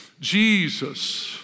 Jesus